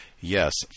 Yes